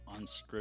unscripted